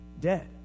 dead